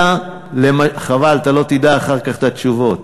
שהובילה, חבל, אתה לא תדע אחר כך את התשובות,